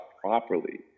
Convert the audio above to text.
properly